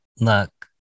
Look